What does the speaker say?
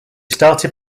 started